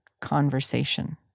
conversation